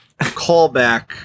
callback